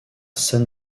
san